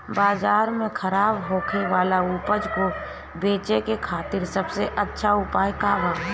बाजार में खराब होखे वाला उपज को बेचे के खातिर सबसे अच्छा उपाय का बा?